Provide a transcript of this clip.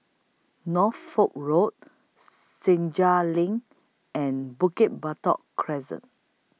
Norfolk Road Senja LINK and Bukit Batok Crescent